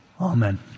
Amen